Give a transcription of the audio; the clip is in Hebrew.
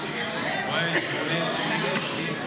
להעביר לוועדה את הצעת חוק לתיקון פקודת המשטרה